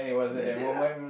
let that lah